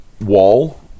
wall